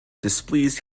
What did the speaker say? displeased